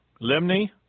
Limni